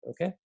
Okay